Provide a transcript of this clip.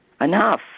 Enough